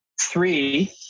three